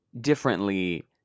differently